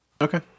Okay